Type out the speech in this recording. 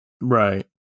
right